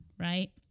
right